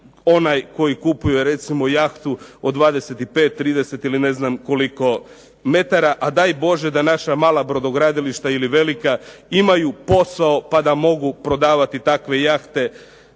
onaj tko recimo kupuje jahtu od 25, 30 ili ne znam koliko metara. A daj Bože da naša mala brodogradilišta ili velika imaju posao pa da mogu prodavati takve jahte